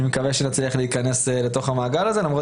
אני מקווה שנצליח להיכנס לתוך המעגל הזה למרות